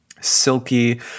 Silky